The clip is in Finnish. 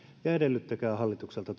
ja edellyttäkää hallitukselta